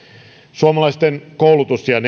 suomalaisten koulutus ja